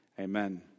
Amen